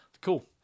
Cool